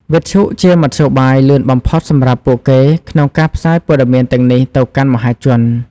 វិទ្យុជាមធ្យោបាយលឿនបំផុតសម្រាប់ពួកគេក្នុងការផ្សាយព័ត៌មានទាំងនេះទៅកាន់មហាជន។